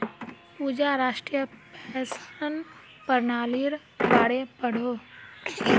पूजा राष्ट्रीय पेंशन पर्नालिर बारे पढ़ोह